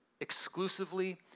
exclusively